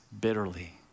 bitterly